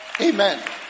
Amen